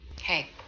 Hey